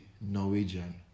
norwegian